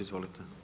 Izvolite.